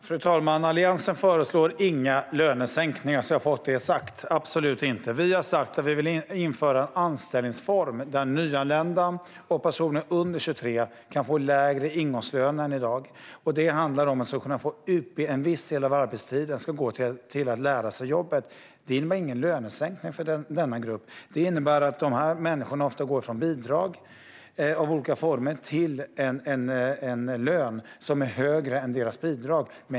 Fru talman! Jag vill ha sagt att Alliansen inte föreslår några lönesänkningar, absolut inte. Vi har sagt att vi vill införa en anställningsform där nyanlända och personer under 23 år kan få lägre ingångslön än i dag. Det handlar om att en viss del av arbetstiden ska gå till att lära sig jobbet, och det innebär ingen lönesänkning för denna grupp. Det innebär att de här människorna oftast går från bidrag av olika slag till en lön som är högre än deras bidrag.